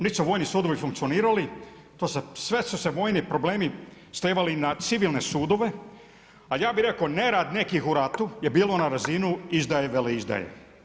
Niti su vojni svodovi funkcionirali, svi su se vojni problemi slijevali na civilne sudove, a ja bih rekao nerad nekih u ratu je bilo na razinu izdaje-veleizdaje.